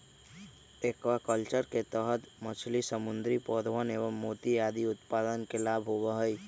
aquaculture के तहद मछली, समुद्री पौधवन एवं मोती आदि उत्पादन के लाभ होबा हई